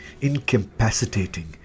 incapacitating